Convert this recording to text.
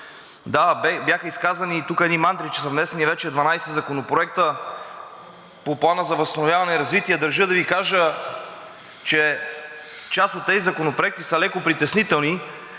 Да, бяха изказани тук едни мантри, че са внесени вече 12 законопроекта по Плана за възстановяване и развитие. Държа да Ви кажа, че част от тези законопроекти са леко притеснителни.